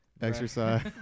exercise